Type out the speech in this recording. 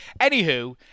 Anywho